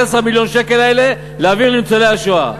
מיליון השקל האלה להעביר לניצולי השואה,